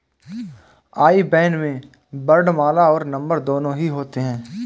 आई ban में वर्णमाला और नंबर दोनों ही होते हैं